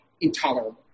intolerable